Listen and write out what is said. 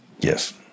Yes